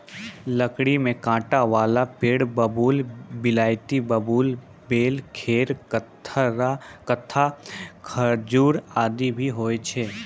लकड़ी में कांटा वाला पेड़ बबूल, बिलायती बबूल, बेल, खैर, कत्था, खजूर आदि भी होय छै